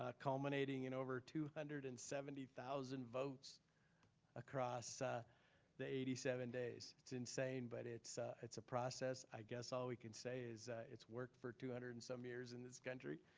ah culminating in over two hundred and seventy thousand votes across ah the eighty seven days. it's insane, but it's it's a process. i guess all we can say is it's work for two hundred and some years in this country.